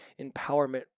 empowerment